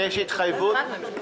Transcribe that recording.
ויש התחייבות?